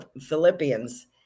Philippians